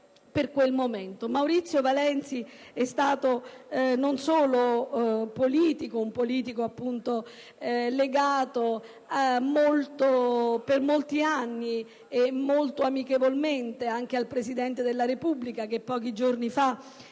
Maurizio Valenzi non è stato solo un uomo politico legato per molti anni e anche molto amichevolmente al Presidente della Repubblica, che pochi giorni fa